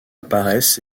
apparaissent